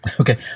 Okay